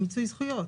זה מיצוי זכויות.